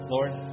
Lord